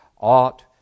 ought